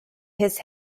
his